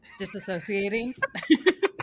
disassociating